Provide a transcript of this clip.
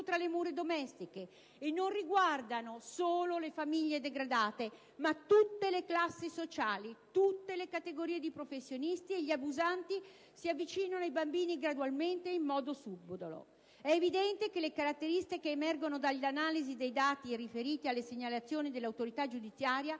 tra le mura domestiche e non riguardano solo le famiglie degradate, ma tutte le classi sociali e tutte le categorie di professionisti e che gli abusanti si avvicinano ai bambini gradualmente e in modo subdolo. Evidentemente, le caratteristiche che emergono dall'analisi dei dati riferiti alle segnalazioni all'autorità giudiziaria,